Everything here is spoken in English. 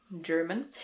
German